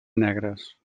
negres